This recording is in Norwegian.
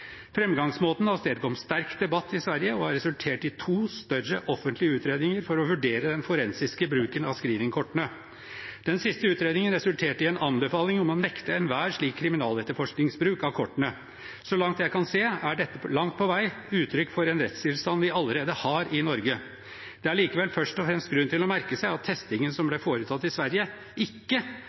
sterk debatt i Sverige og har resultert i to større offentlige utredninger for å vurdere den forensiske bruken av screeningkortene. Den siste utredningen resulterte i en anbefaling om å nekte enhver slik kriminaletterforskningsbruk av kortene. Så langt jeg kan se, er dette langt på vei uttrykk for en rettstilstand vi allerede har i Norge. Det er likevel først og fremst grunn til å merke seg at testingen som ble foretatt i Sverige, ikke